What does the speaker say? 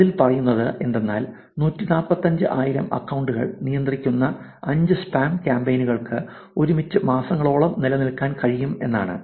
അതിൽ പറയുന്നത് എന്തെന്നാൽ 145 ആയിരം അക്കൌണ്ടുകൾ നിയന്ത്രിക്കുന്ന 5 സ്പാം കാമ്പെയ്നുകൾക്ക് ഒരുമിച്ച് മാസങ്ങളോളം നിലനിൽക്കാൻ കഴിയും എന്നാണ്